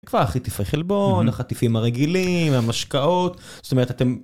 כבר חטיפי חלבון , החטיפים הרגילים, המשקאות, זאת אומרת אתם